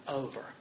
over